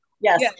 Yes